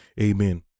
Amen